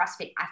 CrossFit